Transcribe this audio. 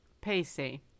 Pacey